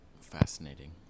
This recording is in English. Fascinating